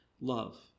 love